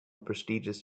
prestigious